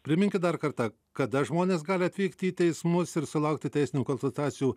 priminkit dar kartą kada žmonės gali atvykti į teismus ir sulaukti teisinių konsultacijų